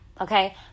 okay